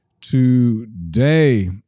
today